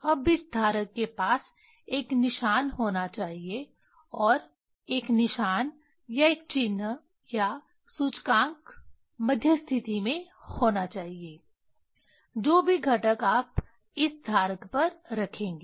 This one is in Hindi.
अब इस धारक के पास एक निशान होना चाहिए और एक निशान या एक चिह्न या सूचकांक मध्यस्थिति में होना चाहिए जो भी घटक आप इस धारक पर रखेंगे